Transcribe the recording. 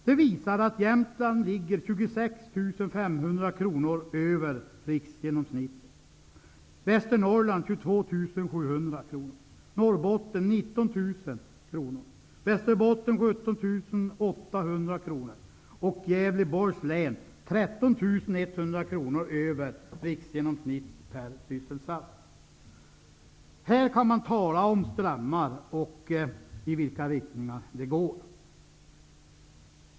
Det visar att Jämtland ligger 26 500 kronor över riksgenomsnittet, Västernorrland 22 700 kronor, Här kan man tala om strömmar och i vilka riktningar de går.